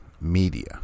media